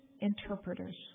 interpreters